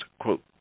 quote